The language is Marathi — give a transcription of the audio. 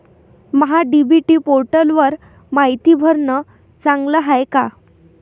महा डी.बी.टी पोर्टलवर मायती भरनं चांगलं हाये का?